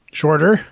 shorter